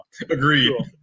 Agreed